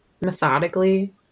methodically